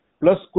plus